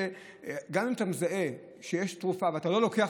גם אם אתה מזהה שיש תרופה ואתה לא לוקח